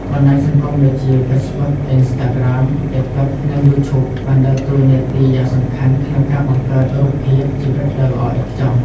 បណ្តាញសង្គមដូចជា Facebook Instagram TikTok និង YouTube បានដើរតួនាទីយ៉ាងសំខាន់ក្នុងការបង្កើតរូបភាព ជីវិតដ៏ល្អឥតខ្ចោះ។